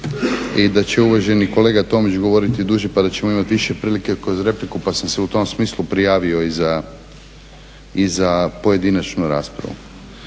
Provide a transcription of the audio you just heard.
i da će uvaženi kolega Tomić govorit duže pa da ćemo imati više prilike kroz repliku pa sam se u tom smislu prijavio i za pojedinačnu raspravu.